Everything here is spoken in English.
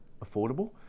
affordable